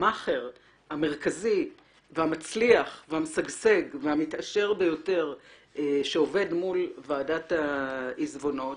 המאכער המרכזי והמצליח והמשגשג והמתעשר ביותר שעובד מול ועדת העיזבונות